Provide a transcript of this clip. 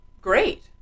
great